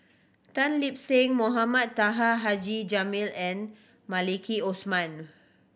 Tan Lip Seng Mohamed Taha Haji Jamil and Maliki Osman